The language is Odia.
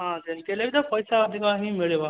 ହଁ ଯେମିତି ହେଲେ ବି ତ ପଇସା ଅଧିକ ହିଁ ମିଳିବ